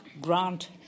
Grant